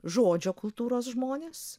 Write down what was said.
žodžio kultūros žmonės